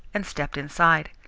and stepped inside.